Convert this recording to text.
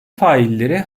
failleri